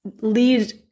lead